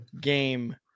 game